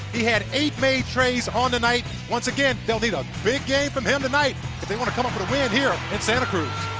he had eight made treys on the night. again, they'll need a big game from him tonight if they want to come up with a win here in santa cruz.